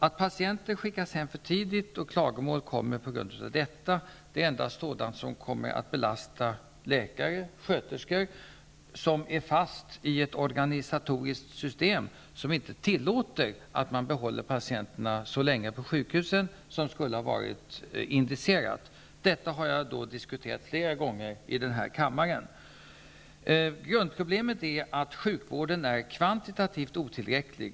Att patienter skickas hem för tidigt och att klagomål kommer på grund av detta, är endast sådant som kommer att belasta läkare och sköterskor som är fast i ett organisatoriskt system som inte tillåter att man behåller patienterna på sjukhusen så länge som skulle ha varit indicerat. Jag har diskuterat detta flera gånger här i kammaren. Grundproblemet är att sjukvården är kvantitativt otillräcklig.